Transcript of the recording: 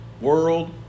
World